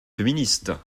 féministe